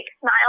Smile